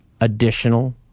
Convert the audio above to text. additional